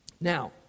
Now